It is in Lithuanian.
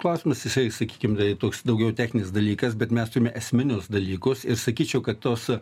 klausimas jisai sakykim toks daugiau techninis dalykas bet mes turime esminius dalykus ir sakyčiau kad tos